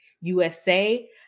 USA